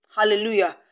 Hallelujah